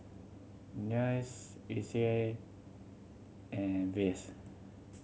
NUS ISEA and RVHS